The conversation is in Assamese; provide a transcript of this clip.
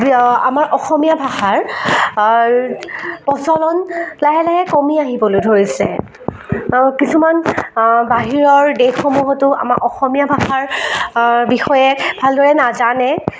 আমাৰ অসমীয়া ভাষাৰ প্ৰচলন লাহে লাহে কমি আহিবলৈ ধৰিছে কিছুমান বাহিৰৰ দেশসমূহতো আমা অসমীয়া ভাষাৰ বিষয়ে ভালদৰে নাজানে